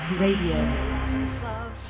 Radio